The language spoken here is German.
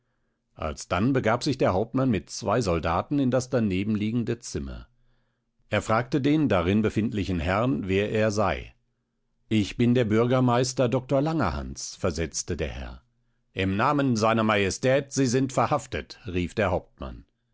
alsdann begab sich der hauptmann mit zwei soldaten in das daneben liegende zimmer er fragte den darin befindlichen lichen herrn wer er sei ich bin der bürgermeister dr langerhans versetzte der herr im namen seiner majestät sie sind verhaftet rief der hauptmann